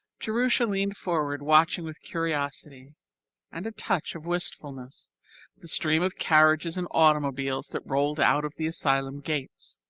jerusha leaned forward watching with curiosity and a touch of wistfulness the stream of carriages and automobiles that rolled out of the asylum gates.